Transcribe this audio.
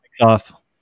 off